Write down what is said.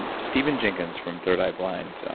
and stephan jenkins from third eye blind,